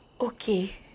Okay